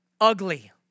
ugly